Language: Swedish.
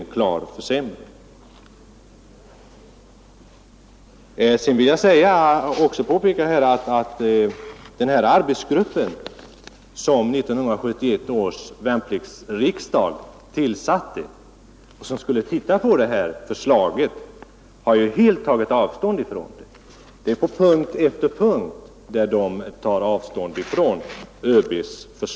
Jag vill också påpeka att den arbetsgrupp som 1971 års värnplikts 53 Nr 33 riksdag tillsatte helt, på punkt efter punkt, har tagit avstånd från ÖB:s